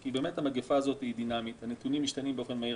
כי באמת המגפה הזאת היא דינמית והנתונים משתנים באופן מהיר.